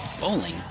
Bowling